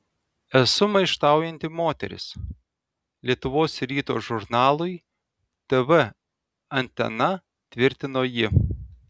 esu maištaujanti moteris lietuvos ryto žurnalui tv antena tvirtino ji